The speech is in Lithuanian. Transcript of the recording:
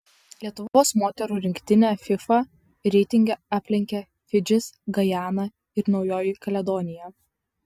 lietuvos moterų rinktinę fifa reitinge aplenkė fidžis gajana ir naujoji kaledonija